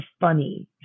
funny